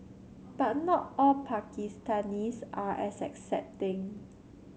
but not all Pakistanis are as accepting